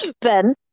Ben